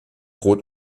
rot